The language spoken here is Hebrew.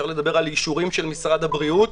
על אישורים של משרד הבריאות